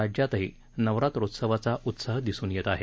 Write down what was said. राज्यातही नवरात्रोत्सवाचा उत्साह दिसून येतो आहे